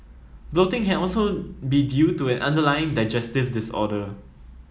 bloating can also be due to an underlying digestive disorder